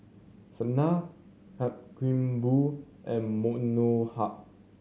Sanal Mankombu and Manohar